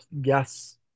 yes